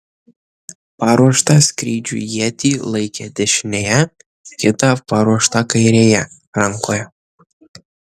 paruoštą skrydžiui ietį laikė dešinėje kitą paruoštą kairėje rankoje